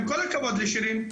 עם כל הכבוד לשירין,